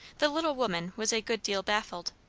the little woman was a good deal baffled.